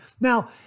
Now